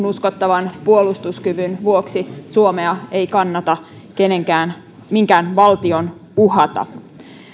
uskottavan puolustuskyvyn vuoksi suomea ei kannata minkään valtion uhata